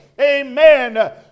Amen